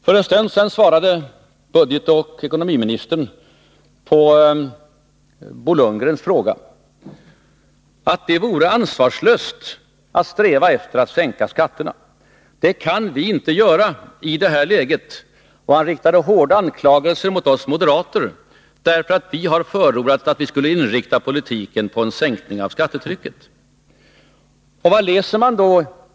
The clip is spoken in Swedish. För en stund sedan svarade ekonomioch budgetministern på Bo Lundgrens fråga och sade att det vore ansvarslöst att sträva efter att sänka skatterna. Det kan man inte göra i det här läget. Han riktade hårda anklagelser mot oss moderater, därför att vi har förordat att vi skulle inrikta politiken på en sänkning av skattetrycket.